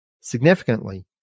Significantly